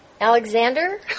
alexander